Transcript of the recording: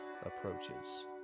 approaches